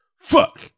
Fuck